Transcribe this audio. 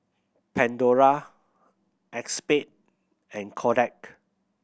Pandora Acexspade and Kodak